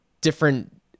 different